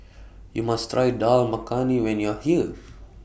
YOU must Try Dal Makhani when YOU Are here